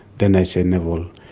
then i said, neville,